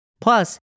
Plus